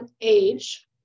age